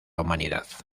humanidad